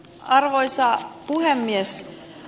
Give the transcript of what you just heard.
arvoisa puhemies